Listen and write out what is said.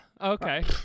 Okay